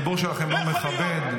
הדיבור שלכם לא מכבד,